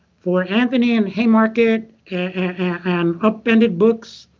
for anthony and haymarket and upended books,